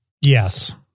Yes